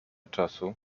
czasu